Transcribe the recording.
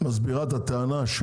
מסבירה את הטענה,